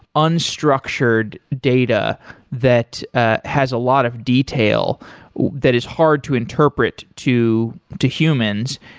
unstructured data that ah has a lot of detail that is hard to interpret to to humans.